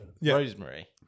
Rosemary